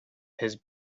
his